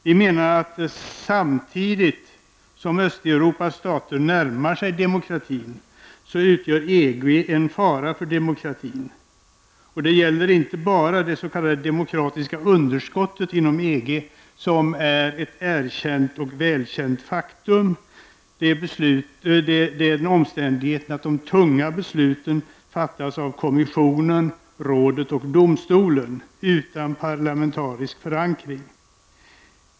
Vi menar att samtidigt som Östeuropas stater närmar sig demokrati utgör EG en fara för demokratin. Det gäller inte bara det så kallade demokratiska underskottet inom EG som är ett erkänt och välkänt faktum, den omständigheten att de tunga besluten fattas av kommissionen, rådet och domstolen utan parlamentarisk förankring.